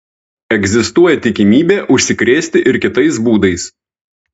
egzistuoja tikimybė užsikrėsti ir kitais būdais